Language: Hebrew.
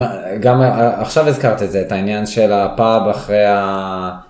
גם עכשיו הזכרת את זה, את העניין של הפאב אחרי ה...